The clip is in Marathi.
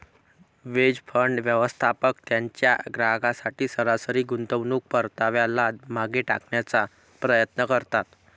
हेज फंड, व्यवस्थापक त्यांच्या ग्राहकांसाठी सरासरी गुंतवणूक परताव्याला मागे टाकण्याचा प्रयत्न करतात